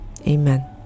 Amen